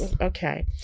Okay